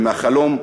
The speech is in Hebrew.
ומהחלום,